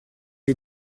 est